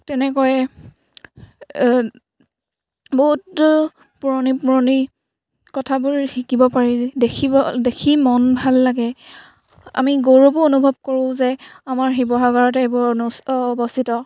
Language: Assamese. তেনেকৈয়ে বহুত পুৰণি পুৰণি কথাবোৰ শিকিব পাৰি দেখিব দেখি মন ভাল লাগে আমি গৌৰৱো অনুভৱ কৰোঁ যে আমাৰ শিৱসাগৰত এইবোৰ অনু অৱস্থিত